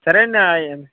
సరే అండి